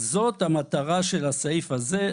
אז זאת המטרה של הסעיף הזה.